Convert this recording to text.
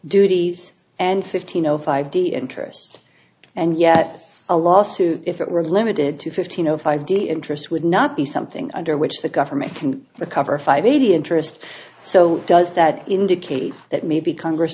duties and fifteen zero five d d interest and yet a lawsuit if it were limited to fifteen zero five d interest would not be something under which the government can recover five media interest so does that indicate that maybe congress